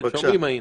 אבל היינו שומעים.